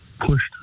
pushed